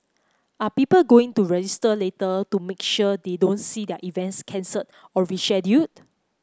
are people going to register later to make sure they don't see their events cancelled or rescheduled